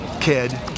kid